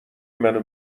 منو